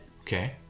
Okay